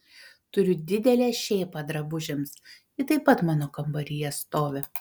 turiu didelę šėpą drabužiams ji taip pat mano kambaryje stovi